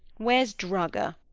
where's drugger?